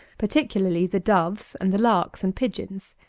particularly the doves and the larks and pigeons.